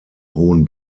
hohen